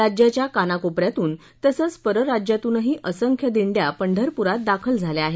राज्याच्या कानाकोपऱ्यातून तसंच परराज्यातनही असंख्य दिंड्या पंढरपूरात दाखल झाल्या आहेत